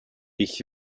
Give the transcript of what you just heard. ich